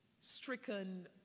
stricken